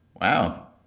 wow